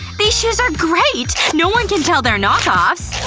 these shoes are great! no one can tell they're knock offs